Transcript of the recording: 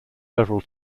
several